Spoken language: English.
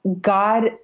God